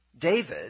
David